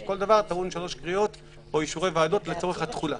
כשכל דבר טעון 3 קריאות או אישורי ועדות לצורך התחולה.